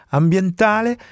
ambientale